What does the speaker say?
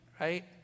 right